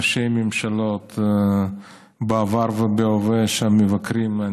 ראשי ממשלות בעבר ובהווה מבקרים.